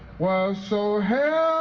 what so held